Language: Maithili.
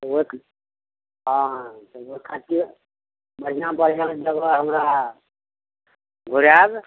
ओ हँ तऽ ओहि खातिर बढ़िआँ बढ़िआँ जगह हमरा घुराएब